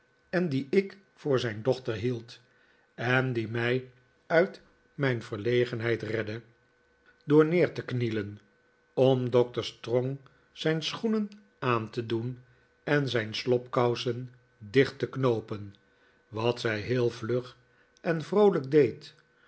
en die ik voor zijn dochter hield en die mij uit mijn verlegenheid redde door neer te knielen om doctor strong zijn schoenen aan te doen en zijn slobkousen dicht te knoopen wat zij heel vlug en vroolijk deed